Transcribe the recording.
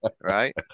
Right